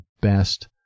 best